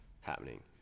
happening